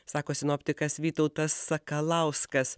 sako sinoptikas vytautas sakalauskas